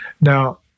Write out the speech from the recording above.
Now